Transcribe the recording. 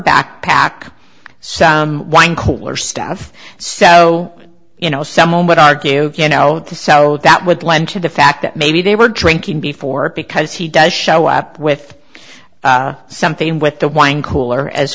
backpack some wine cooler stuff so you know some would argue you know the so that would lend to the fact that maybe they were drinking before because he does show up with something with the wine cooler as